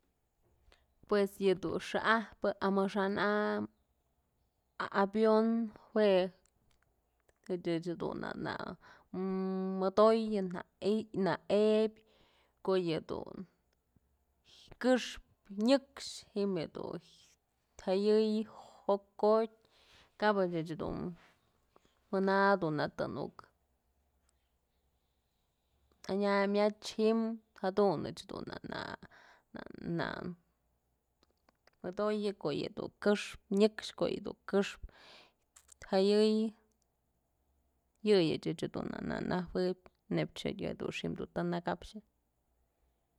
Pues yëdun xa'ajpë amaxa'an am avion, jue ëch nämëdoyë na ebyë ko'o yëdun këxpë nyëkx ji'im jedun jayëy jokotyë kabëch ëch dun mana të nuk añamyach ji'im jadunëch na modoyë ko'o yëdun këxpë jayëy yëyëch ëch dun na najuëb nëyp xi'im dun të nëkapxyë.